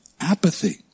apathy